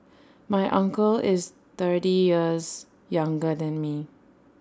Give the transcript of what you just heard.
my uncle is thirty years younger than me